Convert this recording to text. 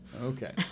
Okay